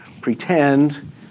pretend